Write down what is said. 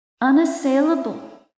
unassailable